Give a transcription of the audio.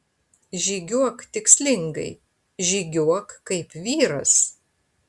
žygiuok tikslingai žygiuok kaip vyras